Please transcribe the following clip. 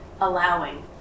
allowing